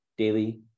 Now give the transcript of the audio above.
daily